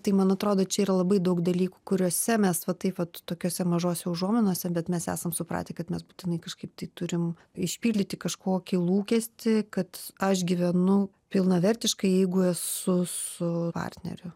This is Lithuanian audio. tai man atrodo čia yra labai daug dalykų kuriuose mes va taip vat tokiose mažose užuominose bet mes esam supratę kad mes būtinai kažkaip tai turim išpildyti kažkokį lūkestį kad aš gyvenu pilnavertiškai jeigu esu su partneriu